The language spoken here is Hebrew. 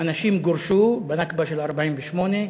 אנשים גורשו בנכבה של 1948,